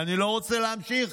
ואני לא רוצה להמשיך,